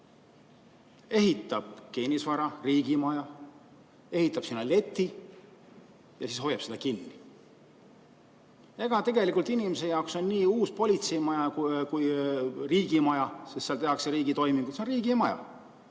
Ehitab kinnisvara, riigimaja, ehitab sinna leti ja siis hoiab seda kinni. Ega tegelikult inimese jaoks on uus politseimaja ka riigimaja, sest seal tehakse riigitoiminguid, see on riigi maja.